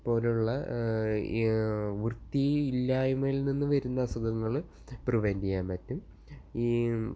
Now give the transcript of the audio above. പോലെയുള്ള വൃത്തി ഇല്ലായ്മയിൽ നിന്നു വരുന്ന അസുഖങ്ങൾ പ്രിവൻറ്റ് ചെയ്യാൻ പറ്റും